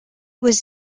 was